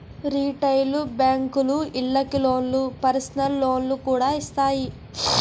retail బేంకులు ఇళ్ళకి లోన్లు, పర్సనల్ లోన్లు కూడా ఇత్తాయి